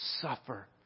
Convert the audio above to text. suffer